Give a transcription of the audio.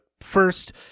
first